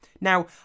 Now